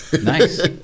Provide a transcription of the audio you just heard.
Nice